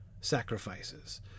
sacrifices